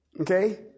Okay